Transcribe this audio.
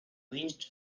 winged